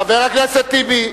חבר הכנסת טיבי,